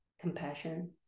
compassion